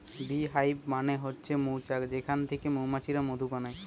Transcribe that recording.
bee hive মানে হচ্ছে মৌচাক যেখান থিকে মৌমাছিরা মধু বানায়